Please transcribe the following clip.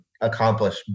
accomplish